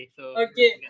okay